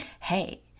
Hey